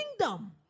kingdom